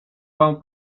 wam